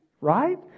Right